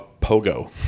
Pogo